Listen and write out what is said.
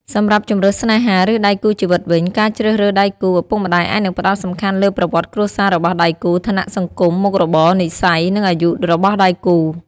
សម្រាប់ជម្រើសស្នេហាឬដៃគូជីវិតវិញ ការជ្រើសរើសដៃគូ ឪពុកម្ដាយអាចនឹងផ្តោតសំខាន់លើប្រវត្តិគ្រួសាររបស់ដៃគូ ឋានៈសង្គម មុខរបរ និស្ស័យ និងអាយុ របស់ដៃគូ។